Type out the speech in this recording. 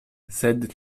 sed